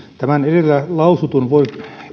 tämän edellä lausutun voin